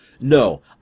No